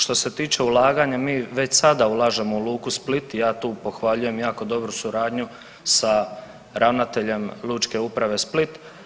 Što se tiče ulaganja mi već sada ulažemo u luku Split, ja tu pohvaljujem jako dobru suradnju sa ravnateljem Lučke uprave Split.